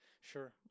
Sure